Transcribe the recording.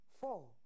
four